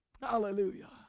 Hallelujah